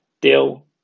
deal